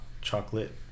chocolate